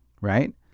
Right